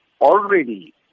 already